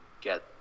get